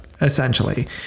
essentially